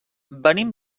venim